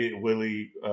Willie